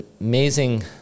amazing